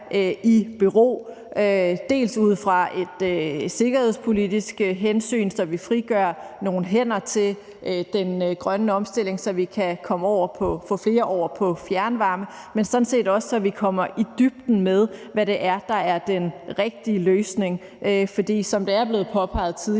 i bero, både ud fra et sikkerhedspolitisk hensyn, så vi frigør nogle hænder til den grønne omstilling, så vi kan få flere over på fjernvarme, men sådan set også, så vi kommer i dybden med, hvad det er, der er den rigtige løsning. For som det er blevet påpeget tidligere,